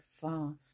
fast